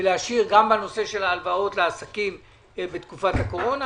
ולהשאיר גם בנושא של ההלוואות לעסקים בתקופת הקורונה,